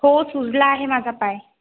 हो सुजला आहे माझा पाय